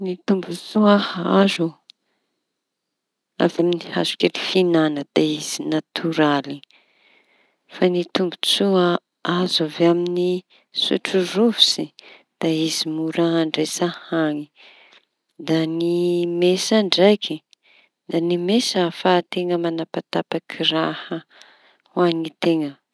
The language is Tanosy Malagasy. Ny tombotsoa azo avy amin'ny hazo kely fihiñana da izy natoraly. Fa ny tombotsoa azo avy amin'ny sotro rovitsy da izy mora handraisa hañy. Da ny mesa ndraiky ny mesa ahafanteña mañapatapaky raha hoan'ny teña.